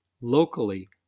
locally